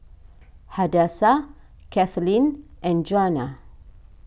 Hadassah Kathaleen and Djuana